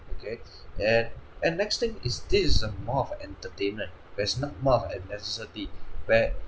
okay and and next thing is this is a more of entertainment where it's not more a necessity where